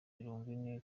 mirongwine